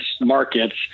markets